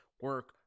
Work